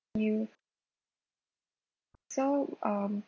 you so um